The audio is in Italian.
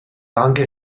anche